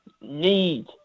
need